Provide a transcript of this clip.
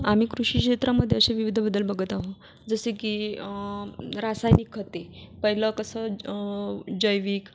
आम्ही कृषी क्षेत्रामध्ये असे विविध बदल बघत आहोत जसे की रासायनिक खते पहिले कसं ज जैविक